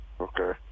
Okay